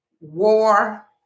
War